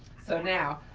so now,